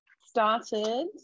started